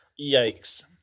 Yikes